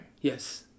Yes